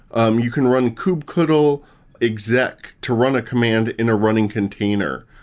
um you can run kubctl exec to run a command in a running container.